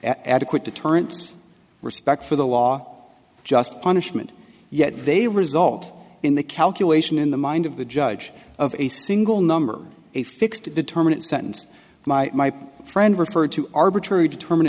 adequate deterrence respect for the law just punishment yet they result in the calculation in the mind of the judge of a single number a fixed determinant sentence my friend referred to arbitrary determin